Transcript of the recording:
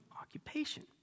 occupation